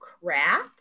crap